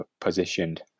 positioned